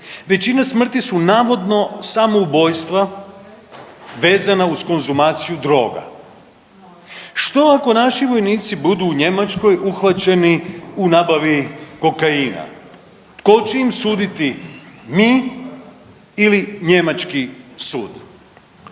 Većina smrti su navodno samoubojstva vezana uz konzumacija droga. Što ako naši vojnici budu u Njemačkoj uhvaćeni u nabavi kokaina? Tko će im suditi mi ili njemački sud?